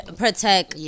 protect